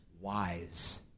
wise